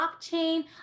blockchain